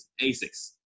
ASICs